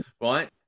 right